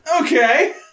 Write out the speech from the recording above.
Okay